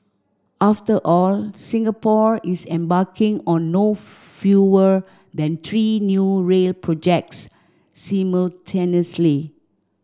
after all Singapore is embarking on no fewer than three new rail projects simultaneously